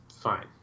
fine